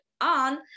on